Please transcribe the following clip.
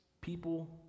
people